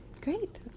great